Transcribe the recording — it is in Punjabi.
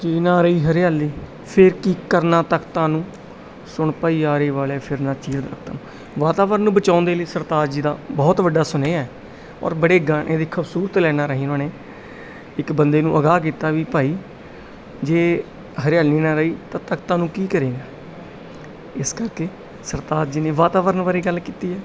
ਜੇ ਨਾਂ ਰਹੀ ਹਰਿਆਲੀ ਫਿਰ ਕੀ ਕਰਨਾ ਤਖਤਾਂ ਨੂੰ ਸੁਣ ਭਾਈ ਆਰੇ ਵਾਲਿਆ ਫਿਰ ਨਾ ਚੀਰ ਦਰਖਤਾਂ ਨੂੰ ਵਾਤਾਵਰਨ ਨੂੰ ਬਚਾਉਣ ਦੇ ਲਈ ਸਰਤਾਜ ਜੀ ਦਾ ਬਹੁਤ ਵੱਡਾ ਸੁਨੇਹਾ ਔਰ ਬੜੇ ਗਾਣੇ ਦੀ ਖੂਬਸੂਰਤ ਲਾਈਨਾਂ ਰਾਹੀਂ ਉਹਨਾਂ ਨੇ ਇੱਕ ਬੰਦੇ ਨੂੰ ਅਗਾਹ ਕੀਤਾ ਵੀ ਭਾਈ ਜੇ ਹਰਿਆਲੀ ਨਾ ਰਹੀ ਤਾਂ ਤਖਤਾਂ ਨੂੰ ਕੀ ਕਰੇਗਾ ਇਸ ਕਰਕੇ ਸਰਤਾਜ ਜੀ ਨੇ ਵਾਤਾਵਰਨ ਬਾਰੇ ਗੱਲ ਕੀਤੀ ਹੈ